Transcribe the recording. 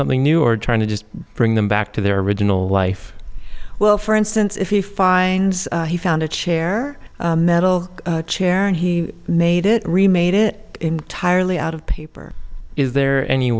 something new or trying to just bring them back to their original life well for instance if he finds he found a chair metal chair and he made it remade it entirely out of paper is there any